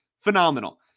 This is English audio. Phenomenal